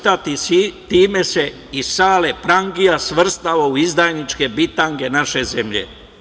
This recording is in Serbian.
Time se i „Sale prangija“ svrstao u izdajničke bitange naše zemlje.